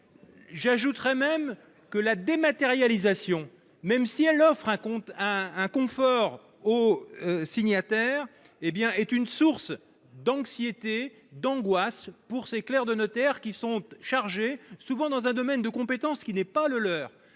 En outre, la dématérialisation, même si elle offre un réel confort aux signataires, est une source d'anxiété, d'angoisse pour ces clercs de notaire, qui sont chargés, souvent dans un domaine de compétence qui n'est pas le leur,